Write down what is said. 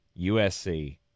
USC